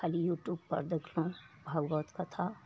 खाली यूट्यूबपर देखलहुँ भागवतकथा